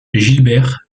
gilbert